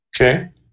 Okay